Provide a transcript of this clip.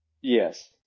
yes